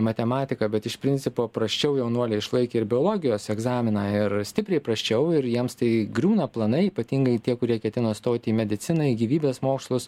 matematiką bet iš principo prasčiau jaunuoliai išlaikė ir biologijos egzaminą ir stipriai prasčiau ir jiems tai griūna planai ypatingai tie kurie ketino stoti į mediciną į gyvybės mokslus